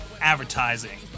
advertising